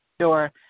Sure